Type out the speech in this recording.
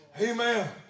Amen